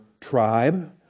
tribe